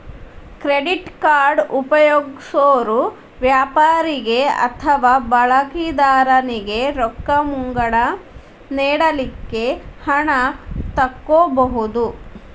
credit card ಉಪಯೊಗ್ಸೊರು ವ್ಯಾಪಾರಿಗೆ ಅಥವಾ ಬಳಕಿದಾರನಿಗೆ ರೊಕ್ಕ ಮುಂಗಡ ನೇಡಲಿಕ್ಕೆ ಹಣ ತಕ್ಕೊಬಹುದು